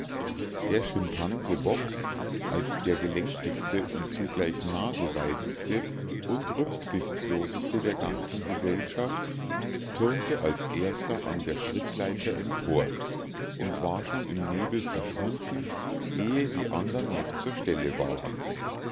der schimpanse bobs als der gelenkigste und zugleich naseweiseste und rücksichtsloseste der ganzen gesellschaft turnte als erster an der strickleiter empor und war schon im nebel verschwunden ehe die andern noch zur stelle waren